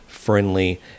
friendly